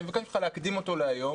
אני מבקש ממך להקדים אותו להיום